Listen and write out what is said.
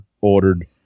ordered